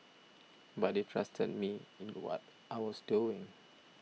but they trusted me in what I was doing